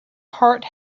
heart